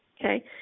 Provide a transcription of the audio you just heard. Okay